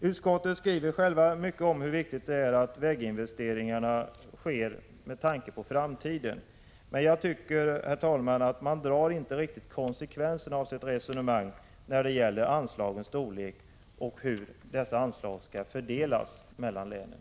Utskottet skriver mycket om hur viktigt det är att väginvesteringarna sker med tanke på framtiden. Men jag tycker, herr talman, att man inte riktigt drar konsekvenserna av sitt eget resonemang när det gäller anslagens storlek och hur dessa anslag skall fördelas mellan länen.